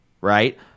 right